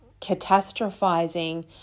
catastrophizing